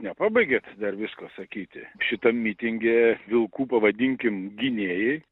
nepabaigėt dar visko sakyti šitam mitinge vilkų pavadinkim gynėjai